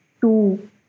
two